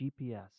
GPS